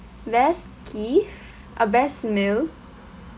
best gift ah best meal